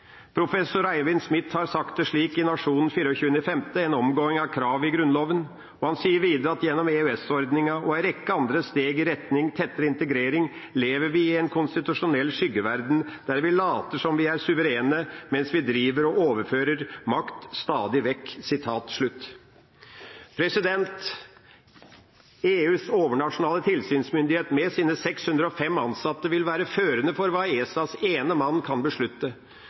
Professor Eivind Smith har sagt det slik i Nationen 24. mai: «Ei omgåing av krava i Grunnlova.» Han sier videre: «Gjennom EØS-ordninga og ei rekke andre steg i retning tettare integrering lever vi i ei konstitusjonell skuggeverd der vi lèt som vi er suverene medan vi driver og overfører makt stadig vekk.» EUs overnasjonale tilsynsmyndighet med sine 605 ansatte vil være førende for hva ESAs ene mann kan beslutte.